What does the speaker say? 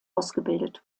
ausgebildet